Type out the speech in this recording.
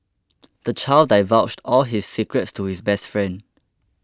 the child divulged all his secrets to his best friend